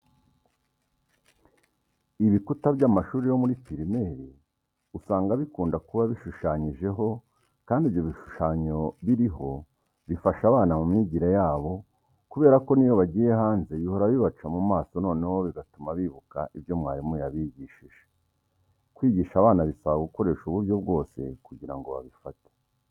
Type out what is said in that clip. Ibikuta by'amashuri yo muri pirimeri usanga bikunda kuba bishushanyijeho kandi ibyo bishushanyo biriho bifasha abana mu myigire yabo kubera ko n'iyo bagiye hanze bihora bibaca mu maso noneho bigatuma bibuka ibyo mwarimu yabigishije. Kwigisha abana bisaba gukoresha uburyo bwose kugira ngo babifate.